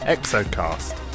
Exocast